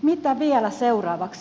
mitä vielä seuraavaksi